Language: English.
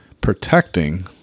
protecting